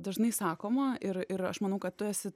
dažnai sakoma ir ir aš manau kad tu esi